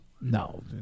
No